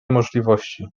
możliwości